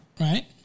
right